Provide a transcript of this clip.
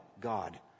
God